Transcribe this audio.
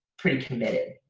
pretty committed,